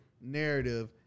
narrative